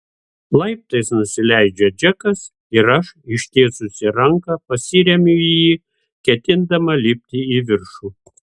laiptais nusileidžia džekas ir aš ištiesusi ranką pasiremiu į jį ketindama lipti į viršų